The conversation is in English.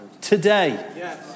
today